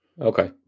Okay